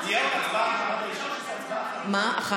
תהיה עוד הצבעה למעמד האישה או שזאת הצבעה אחת?